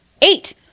Eight